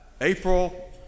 April